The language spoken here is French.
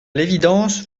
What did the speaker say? l’évidence